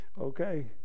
Okay